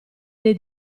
dei